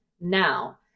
now